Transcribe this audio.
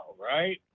right